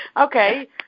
Okay